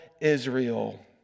Israel